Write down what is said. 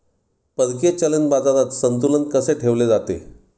परकीय चलन बाजारात संतुलन कसे ठेवले जाते?